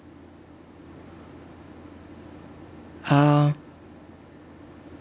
!huh!